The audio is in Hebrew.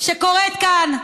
שקורית כאן,